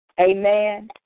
Amen